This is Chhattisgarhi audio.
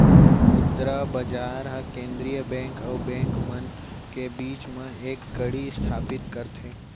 मुद्रा बजार ह केंद्रीय बेंक अउ बेंक मन के बीच म एक कड़ी इस्थापित करथे